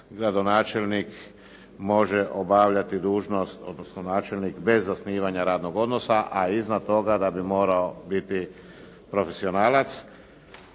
gradonačelnik može obavljati dužnosti odnosno načelnik bez zasnivanja radnog odnosa, a iznad toga da bi morao biti profesionalac.